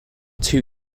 two